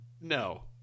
no